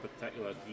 particular